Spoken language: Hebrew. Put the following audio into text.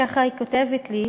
שכותבת לי ככה: